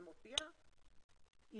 והיא מופיעה,